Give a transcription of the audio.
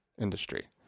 industry